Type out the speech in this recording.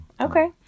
Okay